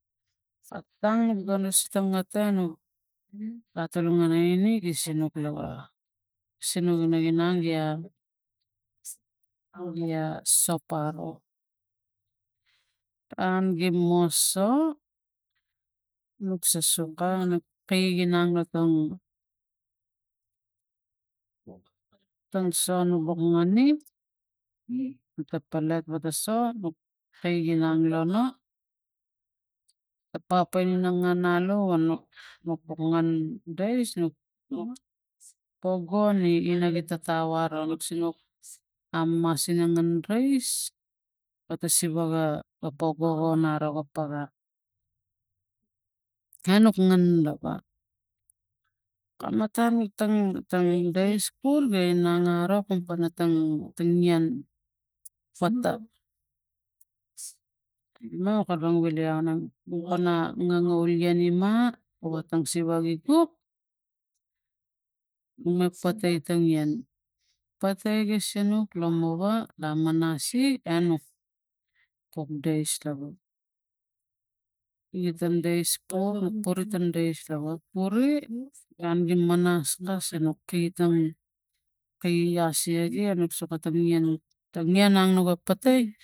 Atang golus ta ngata nuk atang gana ini sinuk lava sinuk gana inang gia nugi sop aro an gi moso nuk susu ka nuk kai ginang la tang tang so nu buk ngani ta palet ta pa so nuk kai ginang lo no a pape ina ngan alu nu buk ngan dais nuk nuk pogo i na gi tata wa ra nuk sinuk amamas ina ngan rais kata siva ga ga pogo ro ano ri paga enuk ngan la pa kam matang tangin tang dais skul ga inang aro kum panatangin ta nian pata mo kalapang wili anang ma pana ngangavul ta ian ima o watang siva gi gup me patai ta ian patai gi sinuk lomava lamanasi e nu kuk dais lava gi tang ta dais po nu puri ta dais lava puri gun gi manas kas e nuk kaitang kai ias lagi enuk soko ta ian ta ian na patai.